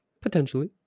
Potentially